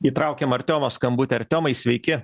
įtraukiam artiomo skambutį artiomai sveiki